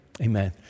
Amen